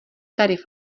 tarif